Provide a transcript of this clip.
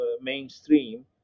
mainstream